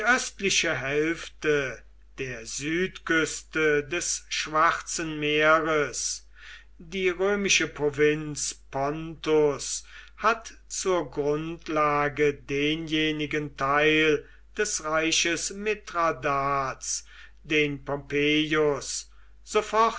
östliche hälfte der südküste des schwarzen meeres die römische provinz pontus hat zur grundlage denjenigen teil des reiches mithradats den